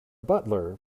butler